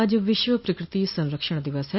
आज विश्व प्रकृति संरक्षण दिवस है